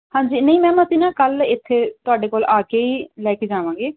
ਹਾਂਜੀ ਨਹੀਂ ਮੈਮ ਅਸੀਂ ਨਾ ਕੱਲ ਇੱਥੇ ਤੁਹਾਡੇ ਕੋਲ ਆ ਕੇ ਹੀ ਲੈ ਕੇ ਜਾਵਾਂਗੇ